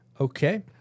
Okay